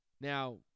Now